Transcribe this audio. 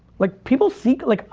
like people seek, like,